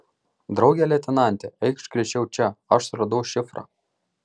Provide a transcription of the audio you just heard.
drauge leitenante eikš greičiau čia aš suradau šifrą